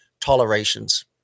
tolerations